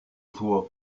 toi